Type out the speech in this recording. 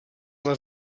les